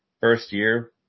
first-year